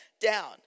down